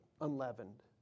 unleavened